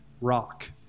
rock